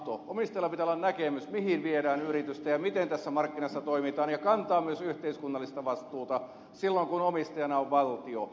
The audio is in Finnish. omistajalla pitää olla näkemys siitä mihin viedään yritystä ja miten näissä markkinoissa toimitaan ja pitää kantaa myös yhteiskunnallista vastuuta silloin kun omistajana on valtio